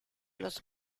los